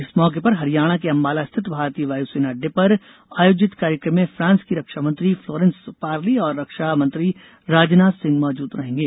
इस मौके पर हरियाणा के अंबाला स्थित भारतीय वायुसेना अड्डे पर आयोजित कार्यक्रम में फ्रांस की रक्षा मंत्री फ्लोरेंस पारली और रक्षा मंत्री राजनाथ सिंह मौजूद रहेंगे